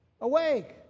Awake